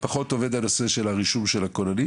פחות עובד הנושא של הרישום של הכוננים,